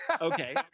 Okay